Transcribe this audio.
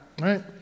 right